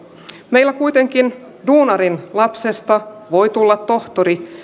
meillä kuitenkin duunarin lapsesta voi tulla tohtori